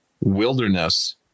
wilderness